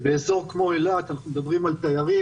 באזור כמו אילת אנחנו מדברים על תיירים,